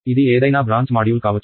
ఇది ఏదైనా branch module కావచ్చు